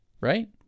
right